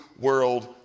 world